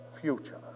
future